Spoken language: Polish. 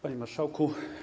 Panie Marszałku!